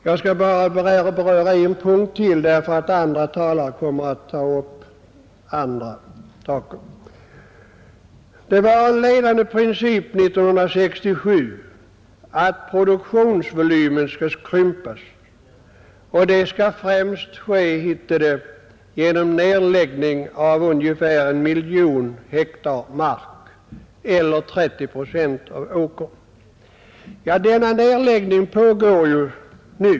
Jag skall bara beröra en punkt till, eftersom andra talare kommer att ta upp andra saker. Det var en ledande princip 1967 att produktionsvolymen skall krympas. Det skall främst ske, hette det, genom nedläggning av ungefär en miljon hektar mark eller 30 procent av åkerarealen. Denna nedläggning pågår ju nu.